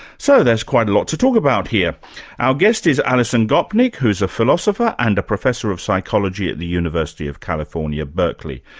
so there's quite a lot to talk about here our guest is alison gopnik who's a philosopher and a professor of psychology at the university of california, berkley.